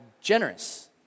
generous